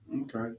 okay